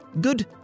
Good